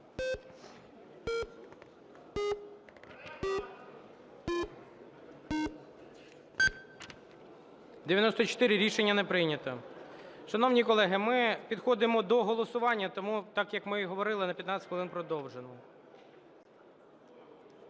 За-94 Рішення не прийнято. Шановні колеги, ми підходимо до голосування. Тому так, як ми говорили, на 15 хвилин продовжено.